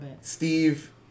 Steve